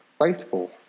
faithful